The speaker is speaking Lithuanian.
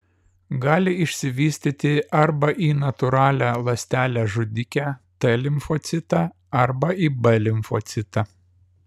gali išsivystyti arba į natūralią ląstelę žudikę t limfocitą arba į b limfocitą